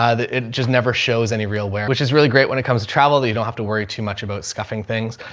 ah, it just never shows any real wear, which is really great when it comes to travel that you don't have to worry too much about scuffing things.